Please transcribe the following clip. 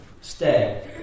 Stay